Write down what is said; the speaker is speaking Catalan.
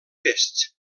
tests